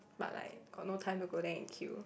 but like got no time to go there and queue